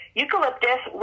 eucalyptus